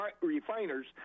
refiners